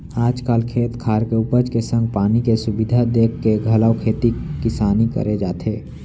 आज काल खेत खार के उपज के संग पानी के सुबिधा देखके घलौ खेती किसानी करे जाथे